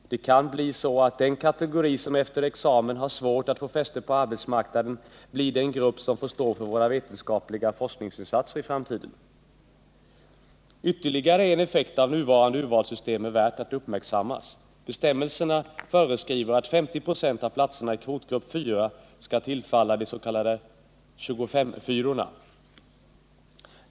Det kan bli så att den kategori som efter examen har svårt att få fäste på arbetsmarknaden i framtiden blir den grupp som får stå för våra vetenskapliga forskningsinsatser. Ytterligare en effekt av nuvarande urvalssystem är värd att uppmärksamma. Bestämmelserna föreskriver att 50 26 av platserna i kvotgrupp IV skall tillfalla de s.k. 25:4-orna.